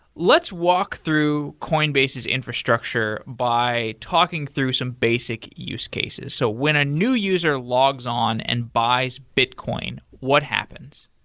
let's walk through coinbase's infrastructure by talking through some basic use cases. so when a new user logs on and buys bitcoin, what happens?